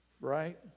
Right